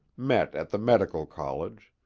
met at the medical college.